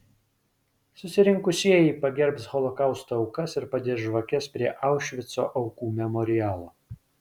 susirinkusieji pagerbs holokausto aukas ir padės žvakes prie aušvico aukų memorialo